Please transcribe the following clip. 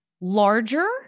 larger